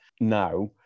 now